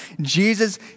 Jesus